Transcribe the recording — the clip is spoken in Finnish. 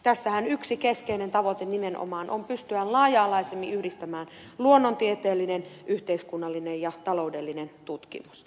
tässähän yksi keskeinen tavoite nimenomaan on pystyä laaja alaisemmin yhdistämään luonnontieteellinen yhteiskunnallinen ja taloudellinen tutkimus